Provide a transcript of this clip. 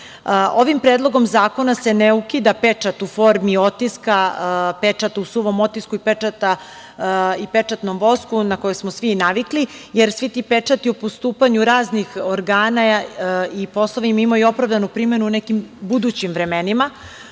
predlogom zakona se ne ukida pečat u formi otiska, pečat u suvom otisku i pečatnom vosku na koji smo svi navikli, jer svi ti pečati u postupanju raznih organa i poslova imaju opravdanu primenu u nekim budućim vremenima.